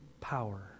power